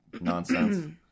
nonsense